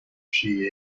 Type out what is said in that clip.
she